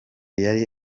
yari